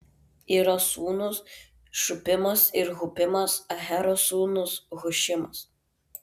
iro sūnūs šupimas ir hupimas ahero sūnus hušimas